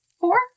four